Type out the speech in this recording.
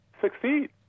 succeed